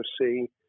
see